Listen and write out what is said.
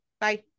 bye